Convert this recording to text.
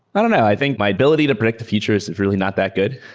i don't know. i think my ability to predict the future is really not that good.